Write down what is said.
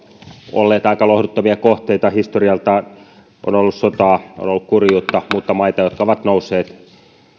olleet aika lohduttomia kohteita historialtaan on ollut sotaa on ollut kurjuutta mutta jotka ovat nousseet